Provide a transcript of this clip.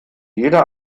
jeder